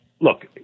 look